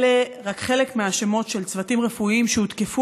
אלה רק חלק מהשמות של אנשי צוותים רפואיים שהותקפו